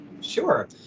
sure